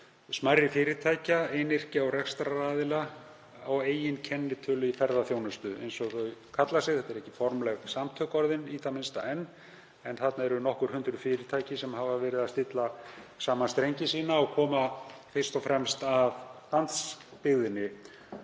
smærri fyrirtækja, einyrkja og rekstraraðila á eigin kennitölu í ferðaþjónustu. Þau kalla sig þetta en eru ekki orðin formleg samtök í það minnsta enn, en þarna eru nokkur hundruð fyrirtæki sem hafa verið að stilla saman strengi sína og koma fyrst og fremst af landsbyggðinni.